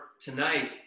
tonight